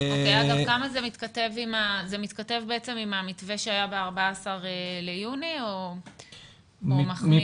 זה מתכתב בעצם עם המתווה שהיה ב-14 ביוני או מחמיר?